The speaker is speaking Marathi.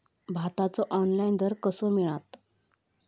भाताचो ऑनलाइन दर कसो मिळात?